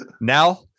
Now